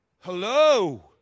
hello